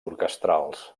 orquestrals